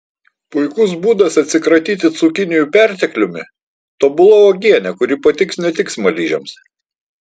puikus būdas atsikratyti cukinijų pertekliumi tobula uogienė kuri patiks ne tik smaližiams